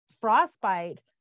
frostbite